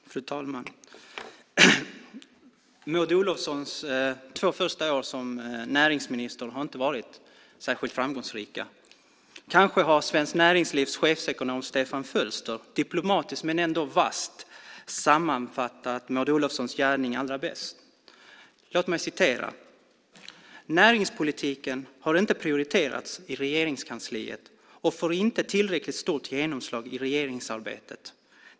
Fru talman! Maud Olofssons två första år som näringsminister har inte varit särskilt framgångsrika. Kanske har Svenskt Näringslivs chefsekonom Stefan Fölster diplomatiskt men ändå vasst sammanfattat Maud Olofssons gärningar allra bäst. Han säger att näringspolitiken inte har prioriterats i Regeringskansliet och inte får tillräckligt stort genomslag i regeringsarbetet.